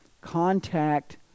contact